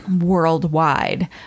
worldwide